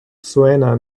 suena